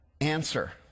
answer